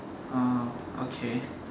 uh okay